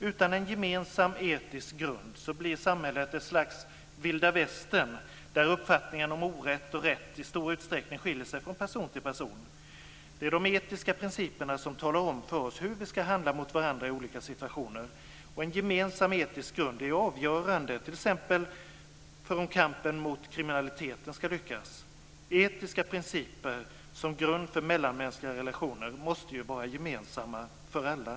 Utan en gemensam etisk grund blir samhället ett slags vilda västern, där uppfattningarna om orätt och rätt i stor utsträckning skiljer sig från person till person. Det är de etiska principerna som talar om för oss hur vi ska handla mot varandra i olika situationer. Och en gemensam etisk grund är avgörande t.ex. för om kampen mot kriminaliteten ska lyckas. Etiska principer som grund för mellanmänskliga relationer måste vara gemensamma för alla.